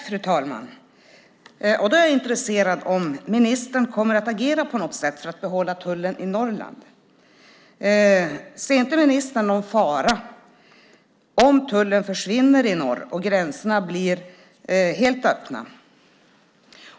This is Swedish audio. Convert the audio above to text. Fru talman! Jag är intresserad av om ministern kommer att agera på något sätt för att behålla tullen i Norrland. Ser inte ministern någon fara i om tullen försvinner i norr och gränserna blir helt öppna?